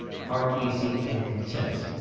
heart-easy and content.